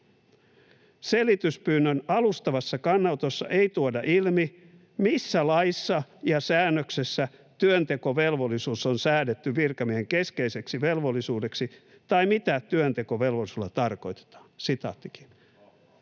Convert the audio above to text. Selityspyynnön alustavassa kannanotossa ei tuoda ilmi, missä laissa ja säännöksessä työntekovelvollisuus on säädetty virkamiehen keskeiseksi velvollisuudeksi tai mitä työntekovelvollisuudella tarkoitetaan.”